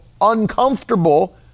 uncomfortable